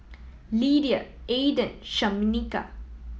Lydia Aiden Shameka